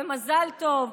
ומזל טוב,